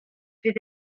fydd